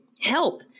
help